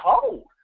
cold